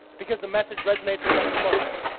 because the message resonates with them the most.